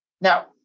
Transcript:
Now